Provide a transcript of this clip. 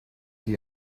die